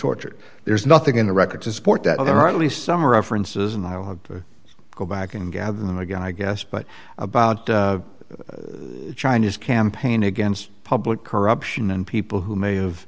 tortured there's nothing in the record to support that other at least some references and i'll have to go back and gather them again i guess but about china's campaign against public corruption and people who may